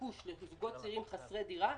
ביקוש על ידי זוגות צעירים חסרי דירה,